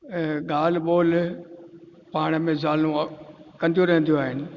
ॻाल्हि ॿोल्हि पाण में ज़ालूं कंदी रहंदी आहिनि